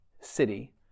city